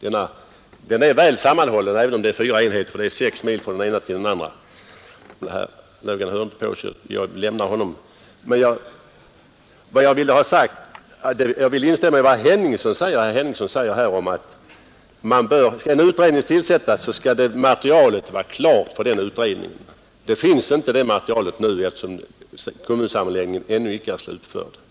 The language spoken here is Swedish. Den är väl sammanhållen, även om den består av fyra enheter, ty det är bara som mest sex mil från den ena orten till den andra. — Men jag ser att herr Löfgren inte hör på så jag lämnar honom. Jag vill instämma i vad herr Henningsson sade, nämligen att om en utredning skall tillsättas, så skall materialet vara klart för den utredningen. Det materialet finns inte nu, eftersom kommunsammanläggningen ännu inte är slutförd.